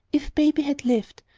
if baby had lived,